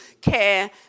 care